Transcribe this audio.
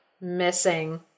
missing